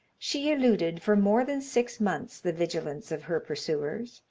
she eluded, for more than six months, the vigilance of her pursuers.